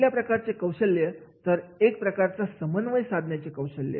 कुठल्या प्रकारचे कौशल्य तर एक प्रकारचा समन्वय साधण्याचे कौशल्य